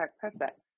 Perfect